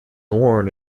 worn